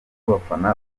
abafana